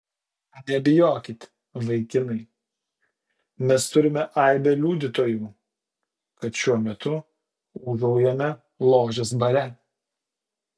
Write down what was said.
nebijokit vaikinai mes turime aibę liudytojų kad šiuo metu ūžaujame ložės bare